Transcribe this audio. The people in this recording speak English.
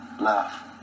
Love